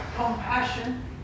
Compassion